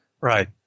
Right